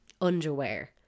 underwear